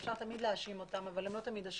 אפשר תמיד להאשים אבל הם לא תמיד אשמים.